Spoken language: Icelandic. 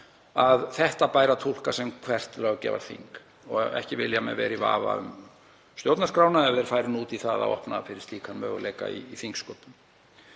að þetta bæri að túlka sem hvert löggjafarþing og ekki vilja menn vera í vafa um stjórnarskrána ef þeir færu út í það að opna fyrir slíkan möguleika í þingsköpum.